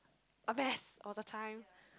a mess all the time